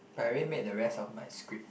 but I already made the rest of my script